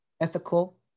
ethical